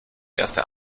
erste